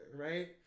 right